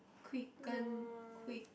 quicken quick